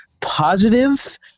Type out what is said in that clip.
positive